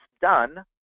done